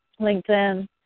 LinkedIn